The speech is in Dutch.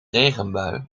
regenbui